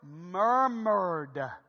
murmured